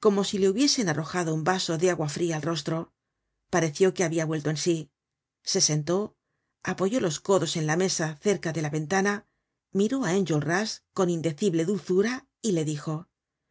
como si le hubiesen arrojado un vaso de agua fria al rostro pareció que habia vuelto en sí se sentó apoyó los codos en la mesa cerca de la ventana miró á enjolras con indecible dulzura y le dijo